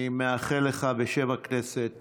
אני מאחל לך בשם הכנסת